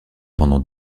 pendant